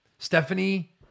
Stephanie